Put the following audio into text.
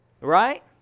Right